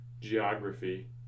geography